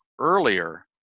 earlier